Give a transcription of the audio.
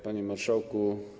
Panie Marszałku!